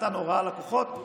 ונתן הוראה לכוחות.